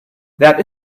that